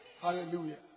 Hallelujah